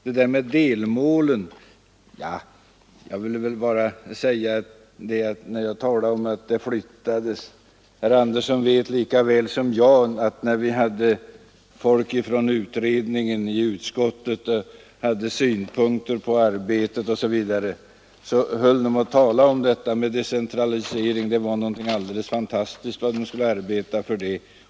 I fråga om uppräkningen av delmålen vet herr Andersson lika väl som jag att företrädarna för utredningen inför utskottet sade att det här med decentralisering var någonting alldeles fantastiskt som man skulle arbeta för.